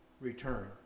return